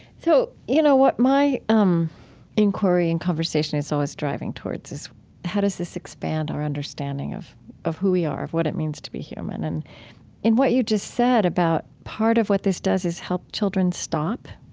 so, you know what my um inquiry and conversation is always driving towards is how does this expand our understanding of of who we are, of what it means to be human, and what you just said about part of what this does is help children stop